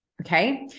okay